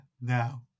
now